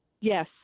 Yes